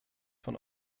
von